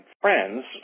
friends